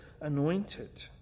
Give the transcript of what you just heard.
anointed